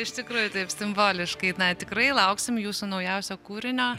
iš tikrųjų taip simboliškai na tikrai lauksim jūsų naujausio kūrinio